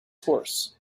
horse